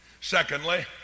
Secondly